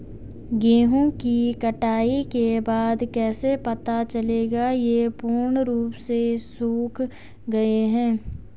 गेहूँ की कटाई के बाद कैसे पता चलेगा ये पूर्ण रूप से सूख गए हैं?